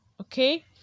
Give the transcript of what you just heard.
okay